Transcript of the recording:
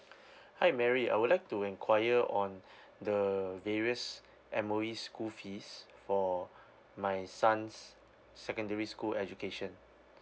hi mary I would like to enquire on the various M_O_E school fees for my son's secondary school education